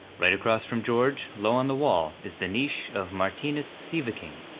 right across from george, low on the wall, is the niche of martinus sieveking.